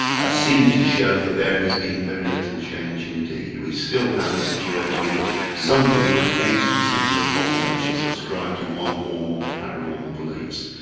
ah seen to show that there has been very little change indeed. we still have a situation in which something like eighty percent of the population subscribe to one or more paranormal beliefs.